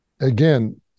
again